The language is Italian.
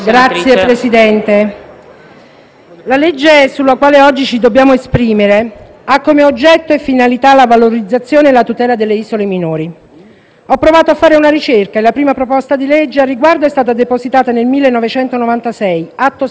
di legge sul quale oggi ci dobbiamo esprimere ha come oggetto e finalità la valorizzazione e la tutela delle isole minori. Ho provato a fare una ricerca e ho visto che la prima proposta di legge al riguardo è stata depositata nel 1996, Atto Senato 1515.